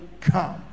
come